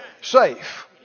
safe